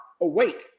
awake